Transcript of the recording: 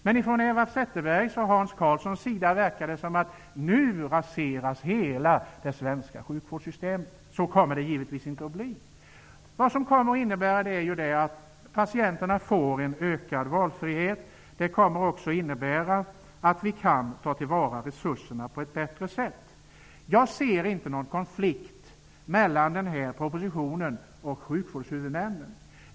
Men om man lyssnar på Eva Zetterberg och Hans Karlsson verkar det som om hela det svenska sjukvårdssystemet kommer att raseras. Så kommer det givetvis inte att bli. Detta kommer att innebära att patienterna får en ökad valfrihet. Det kommer också att innebära att resurserna kan tas till vara på ett bättre sätt. Jag ser inte någon konflikt mellan den här propositionen och sjukvårdshuvudmännen.